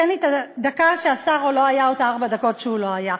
תן לי את הדקה שהשר לא היה או את ארבע הדקות שהוא לא היה.